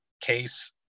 case